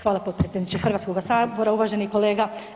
Hvala potpredsjedniče Hrvatskoga sabora, uvaženi kolega.